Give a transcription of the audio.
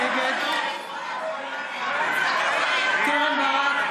נגד קרן ברק,